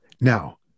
Now